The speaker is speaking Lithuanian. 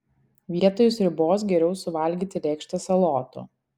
vietoj sriubos geriau suvalgyti lėkštę salotų